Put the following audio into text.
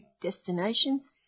destinations